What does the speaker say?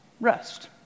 rest